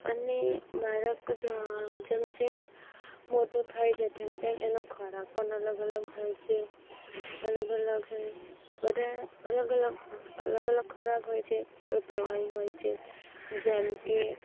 અને બાળક જેમ જેમ મોટું થાય છે તેમ તેમ એનો ખોરાક પણ અલગ અલગ હોય છે અલગ અલગ બધા અલગ અલગ અલગ અલગ ખોરાક હોય છે કોઈ પ્રવાહી હોય છે જેમકે